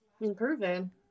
Improving